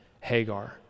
Hagar